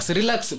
relax